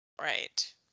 right